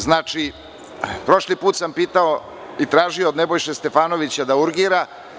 Znači, prošli put sam pitao i tražio od Nebojše Stefanovića da urgira.